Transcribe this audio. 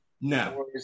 no